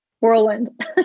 Whirlwind